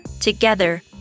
Together